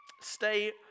Stay